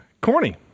corny